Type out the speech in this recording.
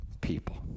people